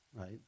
right